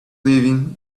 leaving